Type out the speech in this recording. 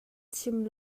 chim